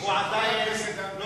הוא עדיין לא